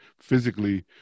physically